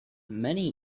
many